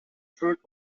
fruit